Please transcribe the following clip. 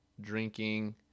drinking